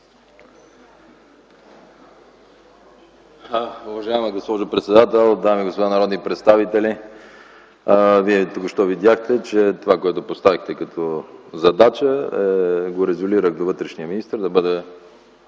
Уважаеми господин председател, дами и господа народни представители! Вие току-що видяхте, че това, което поставихте като задача го резолирах до вътрешния министър да бъде